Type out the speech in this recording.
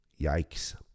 Yikes